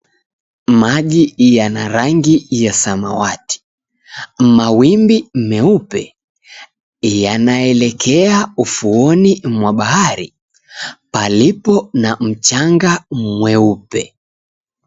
Maji yana rangi ya samawati. Mawimbi meupe yanaelekea ufuoni mwa bahari, palipo na mchanga mweupe.